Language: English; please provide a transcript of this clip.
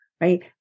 right